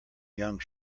young